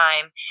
time